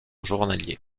journalier